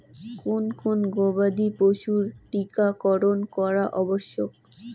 কোন কোন গবাদি পশুর টীকা করন করা আবশ্যক?